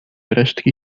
resztki